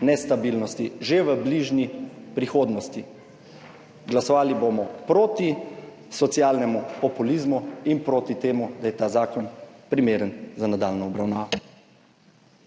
nestabilnosti že v bližnji prihodnosti. Glasovali bomo proti socialnemu populizmu in proti temu, da je ta zakon primeren za nadaljnjo obravnavo.